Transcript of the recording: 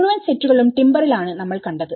മുഴുവൻ സെറ്റുകളും ടിമ്പറിൽ ആണ് നമ്മൾ കണ്ടത്